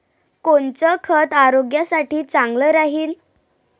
कोनचं खत आरोग्यासाठी चांगलं राहीन?